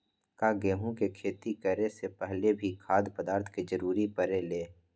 का गेहूं के खेती करे से पहले भी खाद्य पदार्थ के जरूरी परे ले?